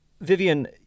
Vivian